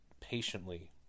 patiently